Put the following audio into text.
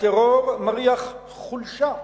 הטרור מריח חולשה.